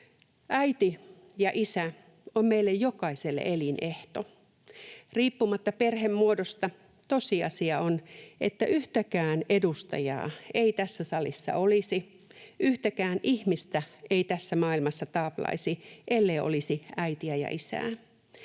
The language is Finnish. Äiti ja isä on meille jokaiselle elinehto. Riippumatta perhemuodosta tosiasia on, että yhtäkään edustajaa ei tässä salissa olisi, yhtäkään ihmistä ei tässä maailmassa taaplaisi, ellei olisi äitiä ja isää.